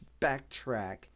backtrack